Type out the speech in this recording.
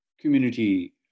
community